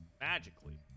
magically